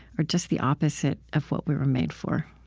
are just the opposite of what we were made for?